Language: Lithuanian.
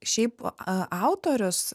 šiaip autorius